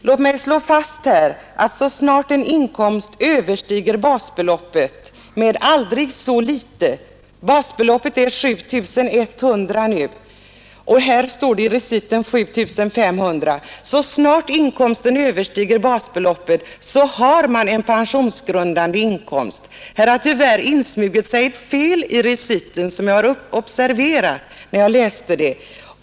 Låt mig slå fast att så snart en inkomst överstiger basbeloppet med aldrig så litet — basbeloppet är 7 100 kronor och i reciten står 7 500 — har man en pensionsgrundande inkomst. Här har tyvärr insmugit sig ett fel i reciten, som jag observerade nyss när jag läste den.